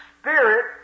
Spirit